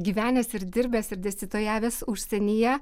gyvenęs ir dirbęs ir dėstytojavęs užsienyje